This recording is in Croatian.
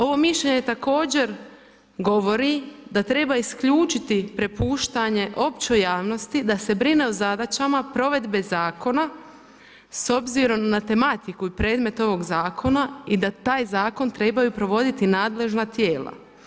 Ovo mišljenje također govori da treba isključiti prepuštanje općoj javnosti da se brine o zadaćama provedbe zakona, s obzirom na tematiku i predmet ovog zakona i da taj zakon trebaju provoditi nadležna tijela.